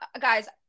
guys